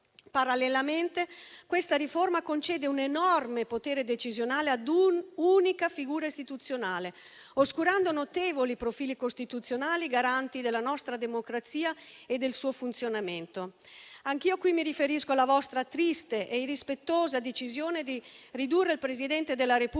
Parallelamente, questa riforma concede un enorme potere decisionale ad un'unica figura istituzionale, oscurando notevoli profili costituzionali garanti della nostra democrazia e del suo funzionamento. Anch'io qui mi riferisco alla vostra triste e irrispettosa decisione di ridurre il Presidente della Repubblica